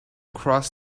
cross